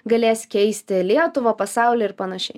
galės keisti lietuvą pasaulį ir panašiai